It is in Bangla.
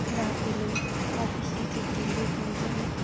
না পেলে অফিসে যেতে লেট হয়ে যাবে